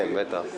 כן, בטח.